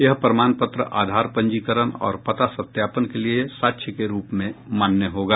यह प्रमाण पत्र आधार पंजीकरण और पता सत्यापन के लिए साक्ष्य के रूप में मान्य होगा